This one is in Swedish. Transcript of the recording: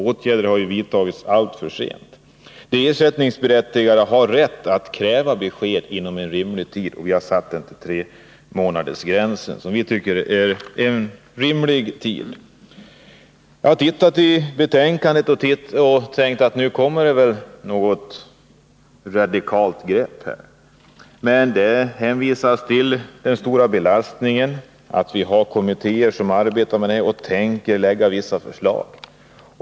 Åtgärder har nu vidtagits alltför sent. De ersättningsberättigade har rätt att kräva besked inom rimlig tid, och den har vi satt till tre månader. Jag har tittat i betänkandet och trott att det skulle komma något radikalt grepp. Men det hänvisas bara till den stora belastningen och till att det finns kommittér som arbetar med frågan och tänker lägga fram vissa förslag.